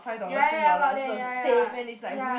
ya ya ya about there ya ya ya